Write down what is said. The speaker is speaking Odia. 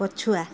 ପଛୁଆ